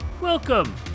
welcome